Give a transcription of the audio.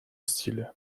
стиля